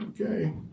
Okay